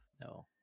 No